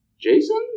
Jason